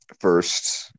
first